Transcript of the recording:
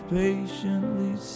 patiently